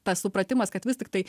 tas supratimas kad vis tiktai